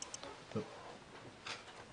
בבקשה.